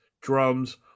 drums